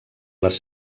les